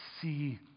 see